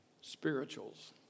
Spirituals